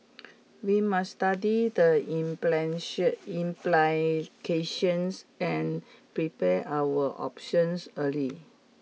we must study the implications and prepare our options early